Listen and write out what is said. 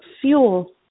fuel